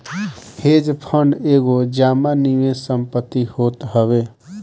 hedge fund एगो जमा निवेश संपत्ति होत हवे